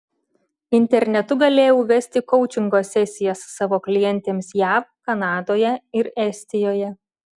internetu galėjau vesti koučingo sesijas savo klientėms jav kanadoje ir estijoje